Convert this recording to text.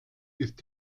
ist